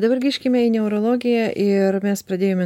dabar grįžkime į neurologiją ir mes pradėjome